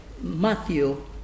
Matthew